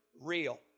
real